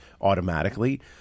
automatically